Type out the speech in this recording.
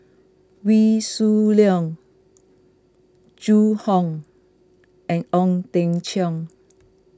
Wee Shoo Leong Zhu Hong and Ong Teng Cheong